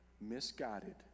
misguided